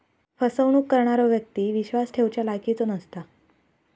फसवणूक करणारो व्यक्ती विश्वास ठेवच्या लायकीचो नसता